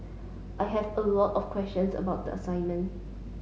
I have a lot of questions about the assignment